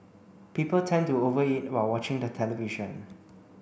people tend to over eat while watching the television